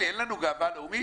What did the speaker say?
תגידי, אין לנו גאווה לאומית?